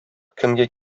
кемгә